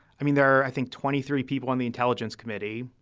i mean, there are, i think, twenty three people on the intelligence committee.